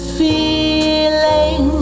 feeling